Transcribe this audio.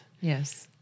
Yes